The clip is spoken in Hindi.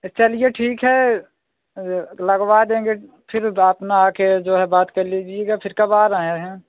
तो चलिए ठीक है लगवा देंगे फिर अपना आकर जो है बात कर लीजिएगा फिर कब आ रहे हैं